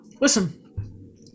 listen